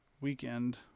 weekend